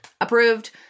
Approved